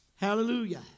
Hallelujah